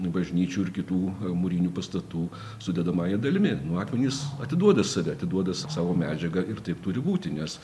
bažnyčių ir kitų mūrinių pastatų sudedamąja dalimi nu akmenys atiduodi save atiduoda savo medžiagą ir taip turi būti nes